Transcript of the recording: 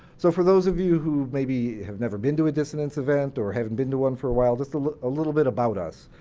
so for those of you who maybe have never been to a dissonance event, or haven't been to one for a while, just a a little bit about us.